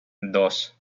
dos